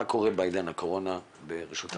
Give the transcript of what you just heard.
מה קורה בעידן הקורונה ברשות המסים?